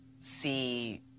see